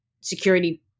security